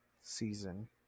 season